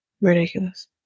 Ridiculous